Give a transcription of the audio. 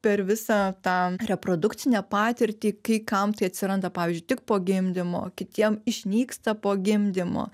per visą tą reprodukcinę patirtį kai kam tai atsiranda pavyzdžiui tik po gimdymo kitiem išnyksta po gimdymo